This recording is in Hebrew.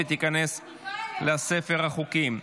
ותיכנס לספר החוקים.